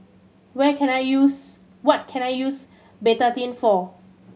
where can I use what can I use Betadine for